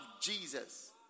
Jesus